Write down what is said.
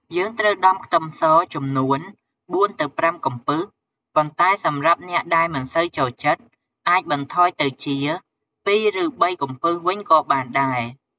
យើងត្រូវដំខ្ទឹមសចំនួន ៤ទៅ៥ កំពឹស ប៉ុន្តែសម្រាប់អ្នកដែលមិនសូវចូលចិត្ត អាចបន្ថយទៅជា ២ ឬ៣ កំពឹសវិញក៏បានដែរ។